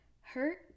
hurt